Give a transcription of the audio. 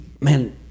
man